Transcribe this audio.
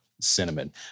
cinnamon